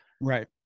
Right